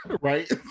right